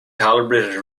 calibrated